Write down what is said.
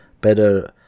better